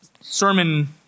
sermon